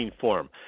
form